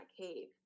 cave